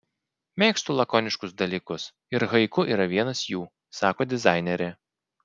mėgstu lakoniškus dalykus ir haiku yra vienas jų sako dizainerė